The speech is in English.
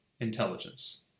intelligence